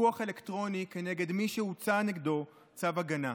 לפיקוח אלקטרוני כנגד מי שהוצא נגדו צו הגנה.